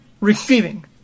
receiving